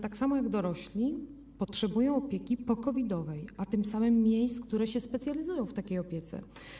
Tak samo jak dorośli potrzebują oni opieki po-COVID-owej, a tym samym miejsc, które specjalizują się w takiej opiece.